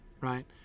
Right